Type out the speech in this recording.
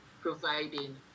providing